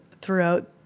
throughout